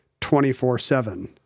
24-7